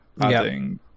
adding